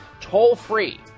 Toll-free